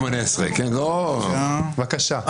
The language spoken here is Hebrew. שוסטר, בבקשה.